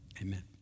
Amen